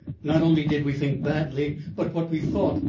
not only did we think badly, but what we thought,